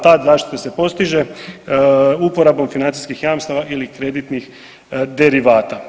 Ta zaštita se postiže uporabom financijskih jamstava ili kreditnih derivata.